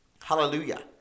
Hallelujah